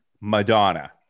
Madonna